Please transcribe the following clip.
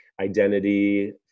identity